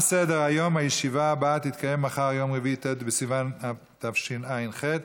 15 בעד, אין מתנגדים ואין נמנעים.